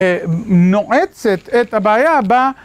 נועצת את הבעיה ב...